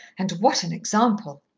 and what an example!